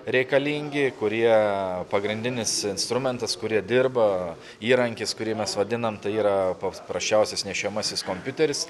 reikalingi kurie pagrindinis instrumentas kurie dirba įrankis kurį mes vadinam tai yra pats prasčiausias nešiojamasis kompiuteris